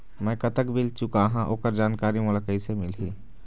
मैं कतक बिल चुकाहां ओकर जानकारी मोला कइसे मिलही?